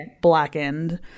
blackened